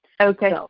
Okay